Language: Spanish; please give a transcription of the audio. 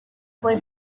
fue